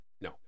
No